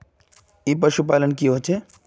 ई पशुपालन की होचे?